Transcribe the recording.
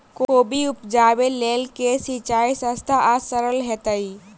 कोबी उपजाबे लेल केँ सिंचाई सस्ता आ सरल हेतइ?